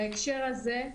בהקשר הזה,